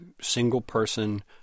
single-person